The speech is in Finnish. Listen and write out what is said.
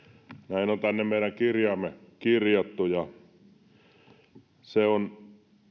näin on tänne meidän kirjaamme kirjattu ja se on